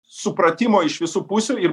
supratimo iš visų pusių ir